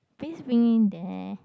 please bring me there